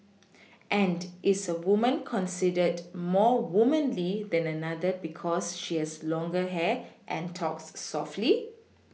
and is a woman considered more womanly than another because she has longer hair and talks softly